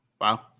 Wow